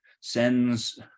sends